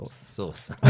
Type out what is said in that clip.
Sauce